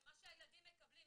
זה מה שהילדים מקבלים.